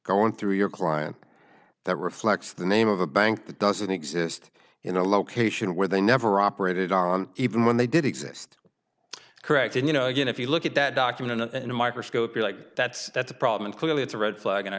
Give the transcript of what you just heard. going through your client that reflects the name of the bank that doesn't exist in a location where they never operated on even when they did exist correct and you know again if you look at that document and microscope you like that that's a problem and clearly it's a red flag and i